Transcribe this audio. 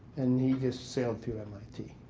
and he just sailed through mit.